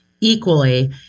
equally